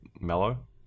mellow